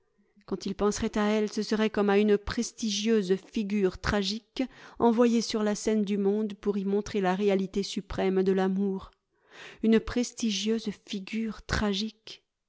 quand il penserait à elle ce serait comme à une prestigieuse figure tragique envoyée sur la scène du monde pour y montrer la réalité suprême de l'amour une prestigieuse figure tragique